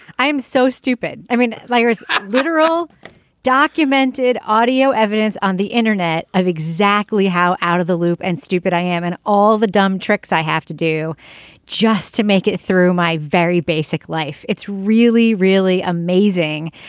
i am so stupid i mean layers literal documented audio evidence on the internet of exactly how out of the loop and stupid i am and all the dumb tricks i have to do just to make it through my very basic life it's really really amazing.